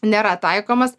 nėra taikomas